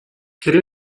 quelle